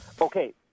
Okay